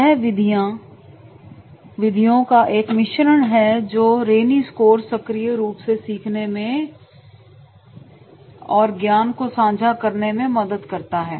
यह विधियों का एक मिश्रण है जो रेनी स्कोर सक्रिय रुप से सीखने में और ज्ञान को सांझा करने में मदद करता है